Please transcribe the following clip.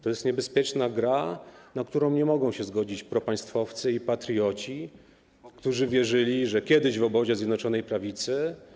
To jest niebezpieczna gra, na którą nie mogą się zgodzić propaństwowcy i patrioci, którzy wierzyli, że kiedyś w obozie Zjednoczonej Prawicy.